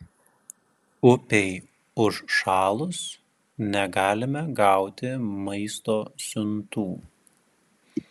upei užšalus negalime gauti maisto siuntų